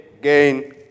gain